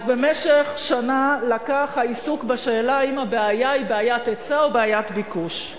אז שנה לקח העיסוק בשאלה האם הבעיה היא בעיית היצע או בעיית ביקוש.